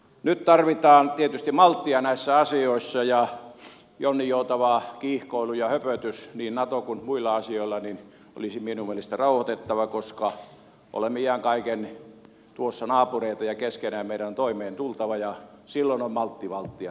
nyt tarvitaan tietysti malttia näissä asioissa ja jonninjoutava kiihkoilu ja höpötys niin nato kuin muillakin asioilla olisi minun mielestäni rauhoitettava koska olemme iän kaiken naapureita ja keskenään meidän on toimeen tultava ja silloin on maltti valttia näissä asioissa